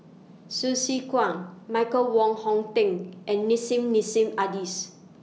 Su Se Kwang Michael Wong Hong Teng and Nissim Nassim Adis